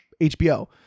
HBO